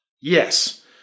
Yes